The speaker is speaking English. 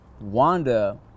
Wanda